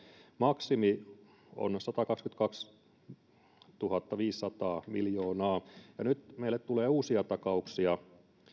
maksimi on satakaksikymmentäkaksituhattaviisisataa miljoonaa ja nyt meille tulee uusia takauksia